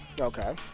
Okay